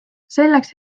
selleks